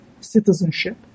citizenship